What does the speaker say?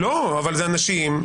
אבל זה אנשים,